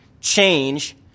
change